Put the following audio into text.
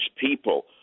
people